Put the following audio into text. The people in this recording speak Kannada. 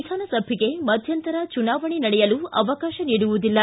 ವಿಧಾನಸಭೆಗೆ ಮಧ್ಯಂತರ ಚುನಾವಣೆ ನಡೆಯಲು ಅವಕಾಶ ನೀಡುವುದಿಲ್ಲ